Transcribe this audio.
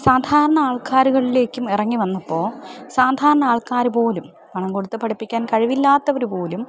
സാധാരണ ആൾക്കാരുകളിലേക്കും ഇറങ്ങി വന്നപ്പോൾ സാധാരണ ആൾക്കാർ പോലും പണം കൊടുത്തു പഠിപ്പിക്കാൻ കഴിവില്ലാത്തവർ പോലും